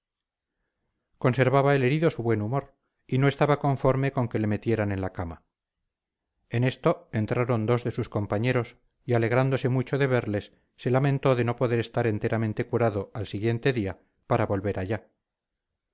conservaba el herido su buen humor y no estaba conforme con que le metieran en la cama en esto entraron dos de sus compañeros y alegrándose mucho de verles se lamentó de no poder estar enteramente curado al siguiente día para volver allá